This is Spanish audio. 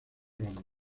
rondas